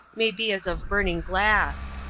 may be as of burning glass.